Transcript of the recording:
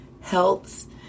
helps